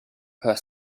per